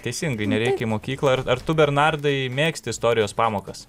teisingai nereikia į mokyklą ar ar tu bernardai mėgsti istorijos pamokas